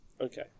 Okay